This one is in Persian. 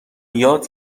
یاد